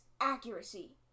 Accuracy